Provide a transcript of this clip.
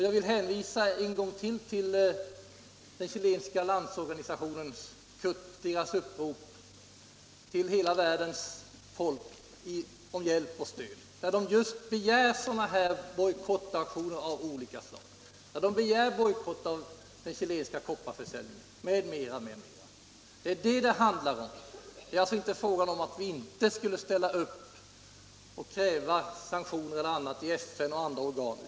Jag vill ännu en gång hänvisa till den chilenska landsorganisationens upprop till alla världens folk med vädjan om hjälp och stöd. Man begär där just sådana här bojkottaktioner av olika slag - mot den chilenska kopparförsäljningen m.m. Det är detta saken gäller. Det är inte fråga om att vi inte skulle ställa upp och kräva sanktioner via FN och andra organ.